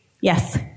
Yes